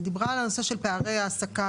היא דיברה על הנושא של פערי העסקה.